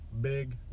big